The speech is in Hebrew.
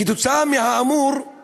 משום כך,